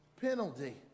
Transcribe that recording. penalty